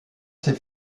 ses